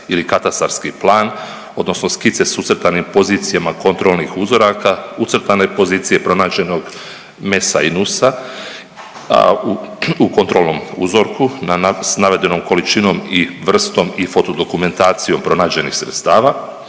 ili katastarski plan odnosno skice s ucrtanim pozicijama kontrolnih uzoraka, ucrtane pozicije pronađenog MES-a i NUS-a, a u kontrolnom uzorku s navedenom količinom i vrstom i fotodokumentacijom pronađenih sredstava